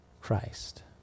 Christ